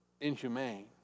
inhumane